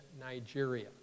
Nigeria